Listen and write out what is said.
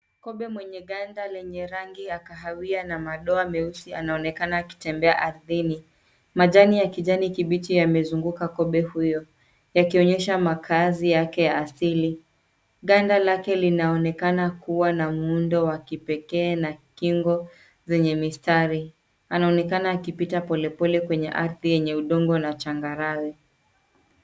Kobe mwenye ganda lenye rangi ya kahawia na madoa meusi anaonekana akitembea ardhini. Majani ya kijani kibichi yamezunguka kobe huyo. Yakionyesha makaazi yake ya asili. Ganda lake linaonekana kuwa na muundo wa kipekee na kingo zenye mistari. Anaonekana akipita polepole kwenye ardhi yenye udongo na changarawe.